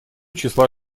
числа